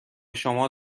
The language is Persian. شما